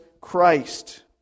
Christ